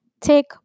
take